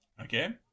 Okay